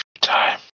time